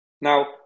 Now